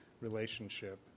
relationship